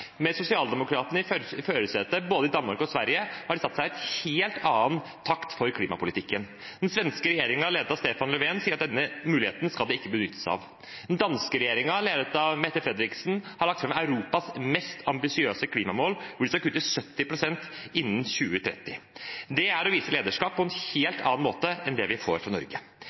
Med sosialdemokratene i førersetet i både Danmark og Sverige har de satt seg en helt annen takt for klimapolitikken. Den svenske regjeringen, ledet av Stefan Löfven, sier at denne muligheten skal de ikke benytte seg av. Den danske regjeringen, ledet av Mette Frederiksen, har lagt fram Europas mest ambisiøse klimamål, hvor de skal kutte 70 pst. innen 2030. Det er å vise lederskap på en helt annen måte enn det vi ser i Norge.